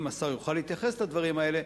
אם השר יוכל להתייחס לדברים האלה,